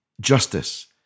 justice